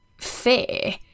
fear